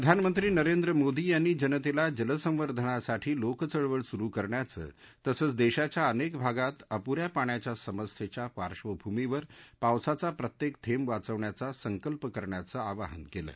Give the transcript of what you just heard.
प्रधानमंत्री नरेंद्र मोदी यांनी जनतव्यी जलसंर्वधनासाठी लोक चळवळ सुरु करण्याचं तसंच दक्षीच्या अनक्वी भागात आपु या पाण्याच्या समस्यच्या पार्श्वभूमीवर पावसाचा प्रत्यक्त थेंब वाचवण्याचा संकल्प करण्याचं आवाहन कलि